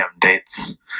dates